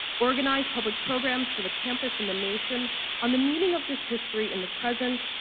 organize public programs for the campus and the nation on the meaning of this history in the present,